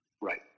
Right